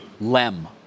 Lem